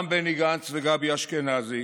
גם בני גנץ וגבי אשכנזי